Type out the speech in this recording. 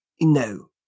No